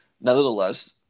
Nevertheless